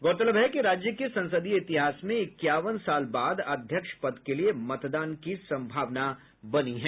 गौरतलब है कि राज्य के संसदीय इतिहास में इक्यावन साल बाद अध्यक्ष पद के लिए मतदान की सम्भावना बनी है